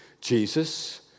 Jesus